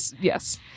yes